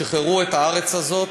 שחררו את הארץ הזאת,